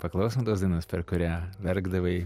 paklausom tos dainos per kurią verkdavai